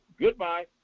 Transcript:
goodbye